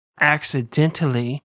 accidentally